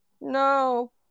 no